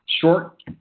short